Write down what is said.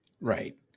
Right